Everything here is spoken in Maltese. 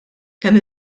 kemm